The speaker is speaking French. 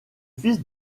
fils